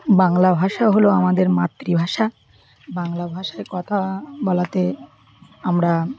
বাংলা ভাষা হলো আমাদের মাতৃভাষা বাংলা ভাষায় কথা বলাতে আমরা